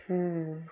হুম